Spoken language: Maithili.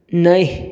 नहि